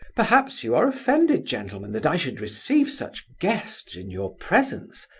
perhaps you are offended, gentlemen, that i should receive such guests in your presence?